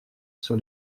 sur